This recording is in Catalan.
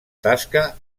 tasca